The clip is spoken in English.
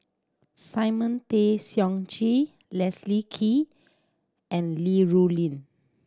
Simon Tay Seong Chee Leslie Kee and Li Rulin